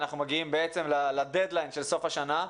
אנחנו מגיעים בעצם לדד ליין של סוף השנה.